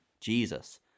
Jesus